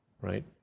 Right